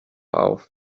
auf